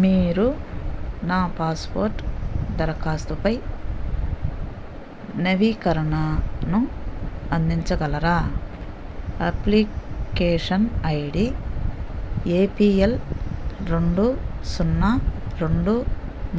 మీరు నా పాస్పోర్ట్ దరఖాస్తుపై నవీకరణను అందించగలరా application I D A P L రెండు సున్నా రెండు